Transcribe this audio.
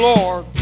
Lord